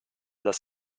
dass